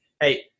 Hey